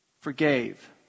forgave